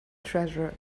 treasure